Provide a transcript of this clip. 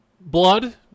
blood